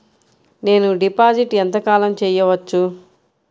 నేను డిపాజిట్ ఎంత కాలం చెయ్యవచ్చు?